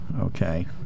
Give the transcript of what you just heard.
Okay